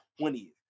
20th